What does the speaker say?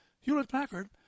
Hewlett-Packard